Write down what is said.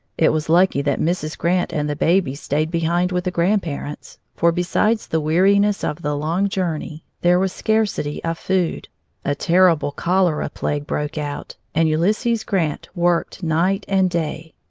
it was lucky that mrs. grant and the babies stayed behind with the grandparents, for besides the weariness of the long journey, there was scarcity of food a terrible cholera plague broke out, and ulysses grant worked night and day.